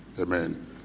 Amen